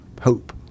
hope